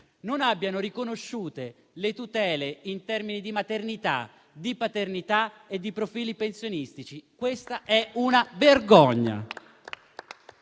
non abbiano riconosciute le tutele in termini di maternità, di paternità e di profili pensionistici. Questa è una vergogna.